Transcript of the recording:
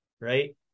right